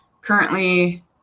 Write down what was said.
currently